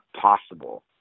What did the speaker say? possible